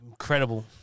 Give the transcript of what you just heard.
Incredible